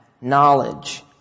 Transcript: knowledge